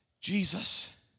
Jesus